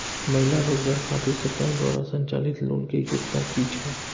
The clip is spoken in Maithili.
महिला रोजगार खातिर सरकार द्वारा संचालित लोन के योग्यता कि छै?